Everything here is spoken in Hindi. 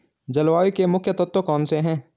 जलवायु के मुख्य तत्व कौनसे हैं?